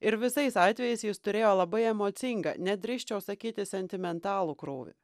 ir visais atvejais jis turėjo labai emocingą net drįsčiau sakyti sentimentalų krūvį